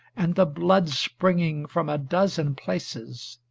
and the blood springing from a dozen places,